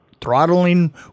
throttling